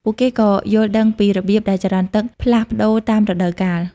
ពួកគេក៏យល់ដឹងពីរបៀបដែលចរន្តទឹកផ្លាស់ប្តូរតាមរដូវកាល។